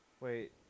Wait